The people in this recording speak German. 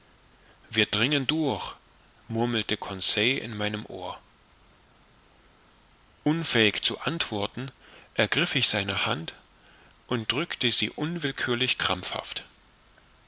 wir dringen durch murmelte conseil in mein ohr unfähig zu antworten ergriff ich seine hand und drückte sie unwillkürlich krampfhaft